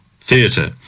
theatre